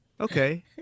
Okay